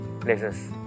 places